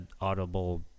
audible